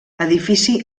edifici